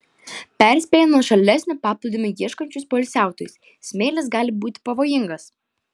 perspėja nuošalesnio paplūdimio ieškančius poilsiautojus smėlis gali būti pavojingas